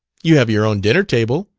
you have your own dinner-table.